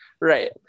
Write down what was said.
Right